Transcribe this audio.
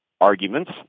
arguments